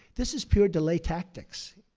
this is pure delay tactics.